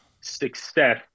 success